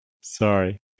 Sorry